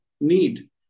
need